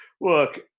Look